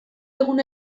egun